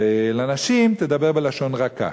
ולנשים תדבר "בלשון רכה".